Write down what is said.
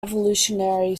evolutionary